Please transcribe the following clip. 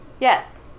Yes